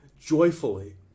Joyfully